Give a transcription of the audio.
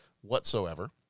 whatsoever